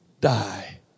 die